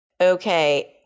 Okay